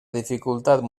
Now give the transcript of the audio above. dificultat